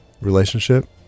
relationship